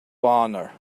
honor